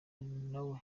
nawe